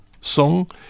song